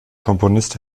komponist